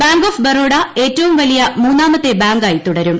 bank of Baroda ഏറ്റവും വലിയ മൂന്നാമത്തെ ബാങ്കായി തുടരും